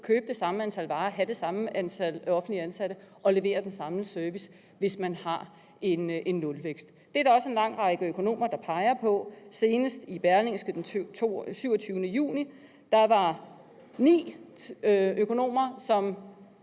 købe det samme antal varer, have det samme antal offentligt ansatte og levere den samme service, hvis man har nulvækst. Det er der også en lang række økonomer, der peger på, senest i Berlingske den 27. juni. Der var der ni økonomer, der